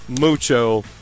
mucho